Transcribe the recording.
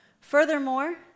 Furthermore